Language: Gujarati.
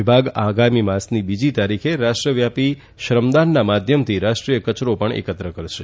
વિભાગ આગામી માસની બીજી તારીખે રાષ્ટ્રવ્યાપી શ્રમદાનના માધ્યમથી રાષ્ટ્રીય કચરો પણ એકત્ર કરશે